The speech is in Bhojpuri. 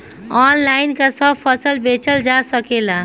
आनलाइन का सब फसल बेचल जा सकेला?